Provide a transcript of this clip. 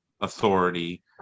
authority